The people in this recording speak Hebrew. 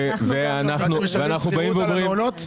ואתם משלמים שכירות על המעונות?